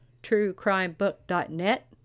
truecrimebook.net